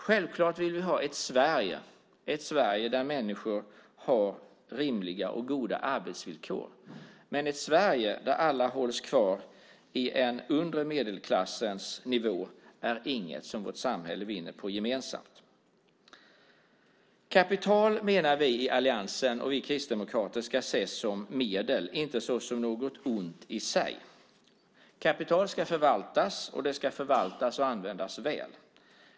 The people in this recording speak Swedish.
Självklart vill vi ha ett Sverige där människor har rimliga och goda arbetsvillkor. Men ett Sverige där alla hålls kvar i den undre medelklassens nivå är inget som samhället gemensamt vinner på. Kapital, menar vi kristdemokrater och vi i alliansen, ska ses som medel och inte som något ont i sig. Kapital ska förvaltas, och det ska förvaltas och användas väl.